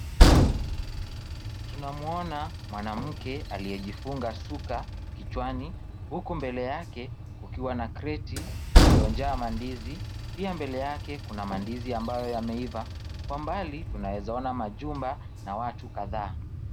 Tunamwona mwanamke aliyejifunga shuka kichwani, huku mbele yake kukiwa na kreti iliyojaa mandizi, pia mbele yake pana ndizi ambayo yameiva. Kwa mbali, tunaweza ona majumba na watu kadhaa.